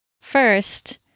First